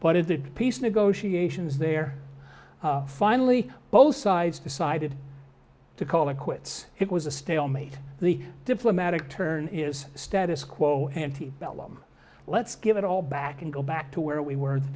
but is it peace negotiations there finally both sides decided to call it quits it was a stalemate the diplomatic turn is the status quo ante bellum let's give it all back and go back to where we were the